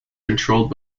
controlled